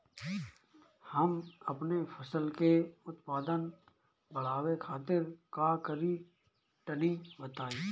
हम अपने फसल के उत्पादन बड़ावे खातिर का करी टनी बताई?